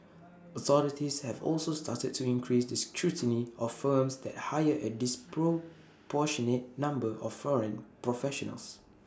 authorities have also started to increase the scrutiny of firms that hire A disproportionate number of foreign professionals